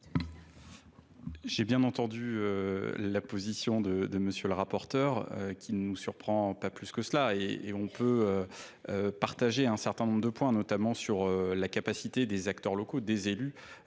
J'ai bien entendu la position de M.. le rapporteur, pas plus que cela, et on peut partager un certain nombre de points, notamment sur la capacité des acteurs locaux, des élus,